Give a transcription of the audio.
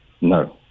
No